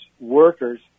workers